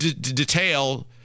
detail